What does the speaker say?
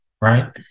right